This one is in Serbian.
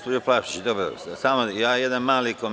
Stojanović Plavšić, s mesta: Replika.